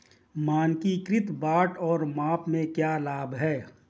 मानकीकृत बाट और माप के क्या लाभ हैं?